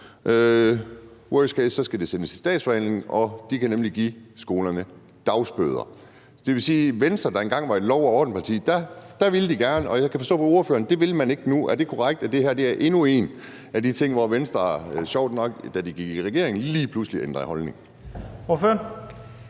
worst case-scenariet skal det sendes i Statsforvaltningen. De kan nemlig give skolerne dagbøder. Så det vil sige, at Venstre, der engang var et lov og orden-parti, gerne ville det, men jeg kan forstå på ordføreren, at det vil man ikke nu. Er det korrekt, at det her er endnu en af de ting, hvor Venstre sjovt nok, efter at de gik i regering, lige pludselig ændrede holdning? Kl.